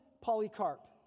Polycarp